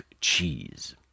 cheese